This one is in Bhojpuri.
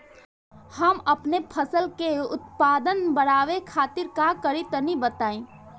हम अपने फसल के उत्पादन बड़ावे खातिर का करी टनी बताई?